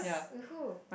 with who